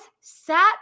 sat